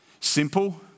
Simple